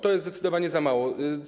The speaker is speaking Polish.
To jest zdecydowanie za mało.